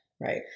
Right